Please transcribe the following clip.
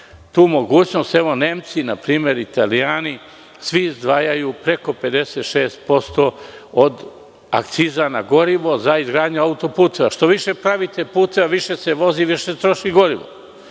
tu mogućnost. Evo, Nemci, na primer, i Italijani, svi izdvajaju preko 56% od akciza na gorivo za izgradnju autoputeva. Što više pravite puteva, više se vozi i više se troši gorivo.